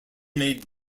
made